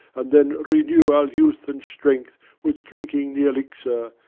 and then renew our youth and strength with drinking the elixir,